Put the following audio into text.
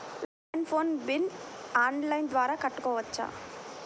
Land phone bill online ద్వారా కట్టుకోవచ్చు?